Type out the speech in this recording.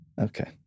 Okay